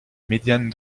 médiane